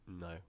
no